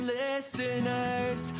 listeners